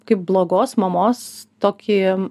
kaip blogos mamos tokį